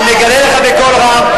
אני מגלה לך בקול רם: